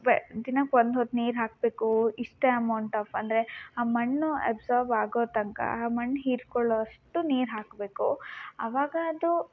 ವೆ ದಿನಕ್ಕೆ ಒಂದು ಹೊತ್ತು ನೀರು ಹಾಕ್ಬೇಕು ಇಷ್ಟೆ ಅಮೌಂಟ್ ಆಫ್ ಅಂದರೆ ಆ ಮಣ್ಣು ಎಬ್ಸೋರ್ಬ್ ಆಗೋ ತನಕ ಆ ಮಣ್ಣು ಹೀರ್ಕೊಳ್ಳೊ ಅಷ್ಟು ನೀರು ಹಾಕ್ಬೇಕು ಅವಾಗ ಅದು